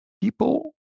People